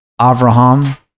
Avraham